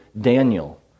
Daniel